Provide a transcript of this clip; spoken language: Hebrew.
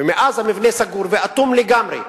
ומאז המבנה סגור ואטום לגמרי.